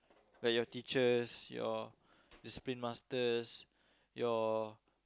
like your teachers your discipline masters your